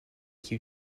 qui